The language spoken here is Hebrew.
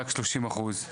רק 30 אחוז.